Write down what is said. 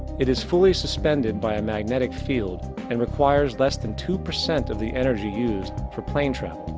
it is fully suspended by a magnetic field and requires less then two percent of the energy used for plane travel.